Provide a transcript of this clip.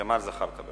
ג'מאל זחאלקה.